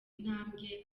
intambwe